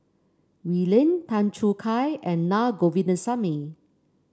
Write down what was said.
Wee Lin Tan Choo Kai and Naa Govindasamy